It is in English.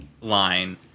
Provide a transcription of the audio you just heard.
line